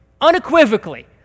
unequivocally